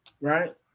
right